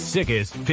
Sickest